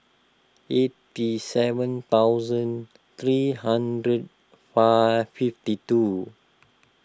eighty seven thousand three hundred five fifty two